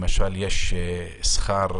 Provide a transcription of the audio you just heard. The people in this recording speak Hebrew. למשל, יש שכר,